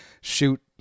shoot